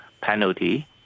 penalty